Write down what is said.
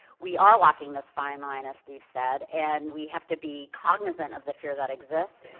we are walking this fine line, as steve said, and we have to be cognizant of the fear that exists.